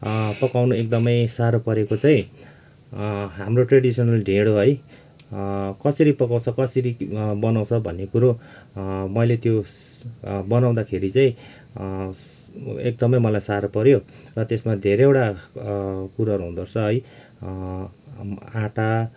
पकाउनु एकदमै साह्रो परेको चाहिँ हाम्रो ट्रेडिसनल ढेँडो है कसरी पकाउँछ कसरी बनाउँछ भन्ने कुरो मैले त्यो बनाउँदाखेरि चाहिँ एकदमै मलाई साह्रो पर्यो र त्यसमा धेरैवटा कुराहरू हुँदोरहेछ है आँटा